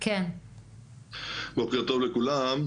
בוקר טוב לכולם,